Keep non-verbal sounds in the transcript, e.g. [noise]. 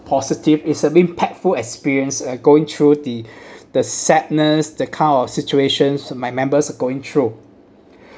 positive is an impactful experience uh going through the [breath] the sadness the kind of situations my members are going through [breath]